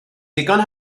ddigon